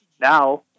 now